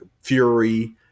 Fury